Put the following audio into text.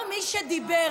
בתור מי שדיבר